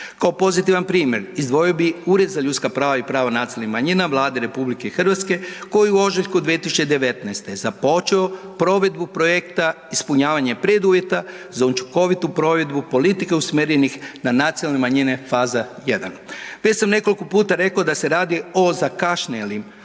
Kao pozitivan primjer izdvojio bih Ured za ljudska prava i prava nacionalnih manjina Vlade Republike Hrvatske koji je u ožujku 2019. započeo provedbu projekta ispunjavanje preduvjeta za učinkovitu provedbu politike usmjerene na nacionalne manjine, faza 1. Već sam nekoliko puta rekao da se radi o zakašnjelim,